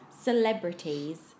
celebrities